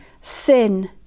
sin